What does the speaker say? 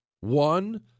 One